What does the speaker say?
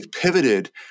pivoted